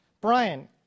Brian